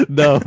no